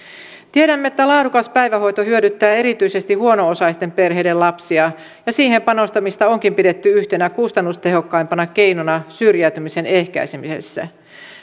tiedämme että laadukas päivähoito hyödyttää erityisesti huono osaisten perheiden lapsia ja siihen panostamista onkin pidetty yhtenä kustannustehokkaimpana keinona syrjäytymisen ehkäisemissä